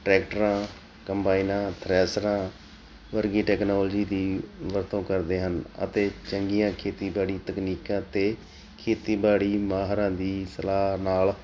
ਟਰੈਕਟਰਾਂ ਕੰਬਾਈਨਾਂ ਥਰੈਸ਼ਰਾਂ ਵਰਗੀ ਟੈਕਨੋਲਜੀ ਦੀ ਵਰਤੋਂ ਕਰਦੇ ਹਨ ਅਤੇ ਚੰਗੀਆਂ ਖੇਤੀਬਾੜੀ ਤਕਨੀਕਾਂ ਅਤੇ ਖੇਤੀਬਾੜੀ ਮਾਹਰਾਂ ਦੀ ਸਲਾਹ ਨਾਲ